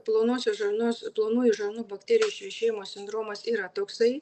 plonosios žarnos plonųjų žarnų bakterijų išvešėjimo sindromas yra toksai